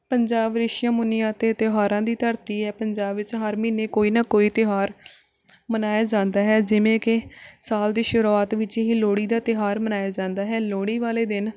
ਪੰਜਾਬ ਰਿਸ਼ੀਆਂ ਮੁਨੀਆਂ ਅਤੇ ਤਿਉਹਾਰਾਂ ਦੀ ਧਰਤੀ ਹੈ ਪੰਜਾਬ ਵਿੱਚ ਹਰ ਮਹੀਨੇ ਕੋਈ ਨਾ ਕੋਈ ਤਿਉਹਾਰ ਮਨਾਇਆ ਜਾਂਦਾ ਹੈ ਜਿਵੇਂ ਕਿ ਸਾਲ ਦੀ ਸ਼ੁਰੂਆਤ ਵਿੱਚ ਹੀ ਲੋਹੜੀ ਦਾ ਤਿਉਹਾਰ ਮਨਾਇਆ ਜਾਂਦਾ ਹੈ ਲੋਹੜੀ ਵਾਲੇ ਦਿਨ